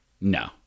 No